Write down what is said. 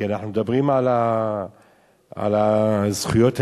כי אנחנו מדברים על זכויות הילדים,